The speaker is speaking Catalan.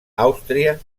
àustria